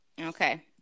Okay